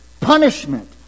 punishment